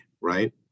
right